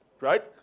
right